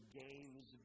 games